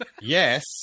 yes